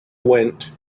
went